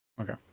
Okay